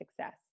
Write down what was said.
success